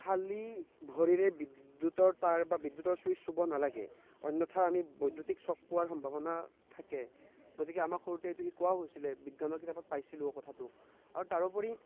খালি ভৰিৰে বিদ্যুতৰ তাঁৰ বা বিদ্যুতৰ চুইছ চুব নালাগে অন্যথা আমি বৈদ্যুতিক ছক পোৱাৰ সম্ভৱনা থাকে গতিকে আমাক সৰুতে এইটো শিকোৱাও হৈছিলে বিজ্ঞানৰ কিতাপত পাইছিলোঁ কথাতো আৰু তাৰোপৰি